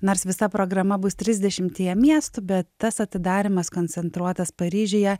nors visa programa bus trisdešimtyje miestų bet tas atidarymas koncentruotas paryžiuje